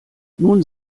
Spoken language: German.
nun